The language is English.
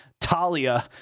Talia